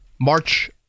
March